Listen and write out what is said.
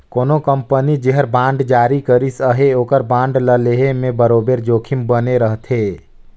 कोनो कंपनी जेहर बांड जारी करिस अहे ओकर बांड ल लेहे में बरोबेर जोखिम बने रहथे